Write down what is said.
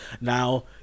now